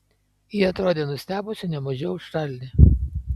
ji atrodė nustebusi ne mažiau už čarlį